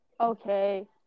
Okay